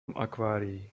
akvárií